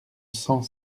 cent